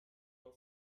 all